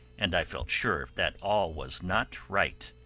and i felt sure that all was not right.